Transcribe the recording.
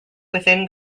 within